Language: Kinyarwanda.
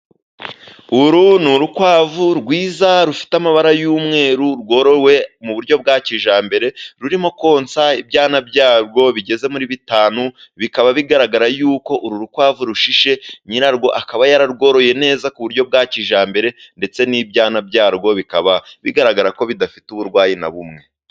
uru n'urukwavu rwiza rufite amabara y'umweru rworowe mu buryo bwa kijyambere. Rurimo konsa ibyana byarwo bigeze muri bitanu, bikaba bigaragara y'uko uru rukwavu rushyishe nyirarwo akaba yararworoye neza. Ku buryo bwa kijyambere ndetse n'ibyana byarwo bikaba bigaragara ko bidafite uburwayi na bumwe.